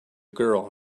girl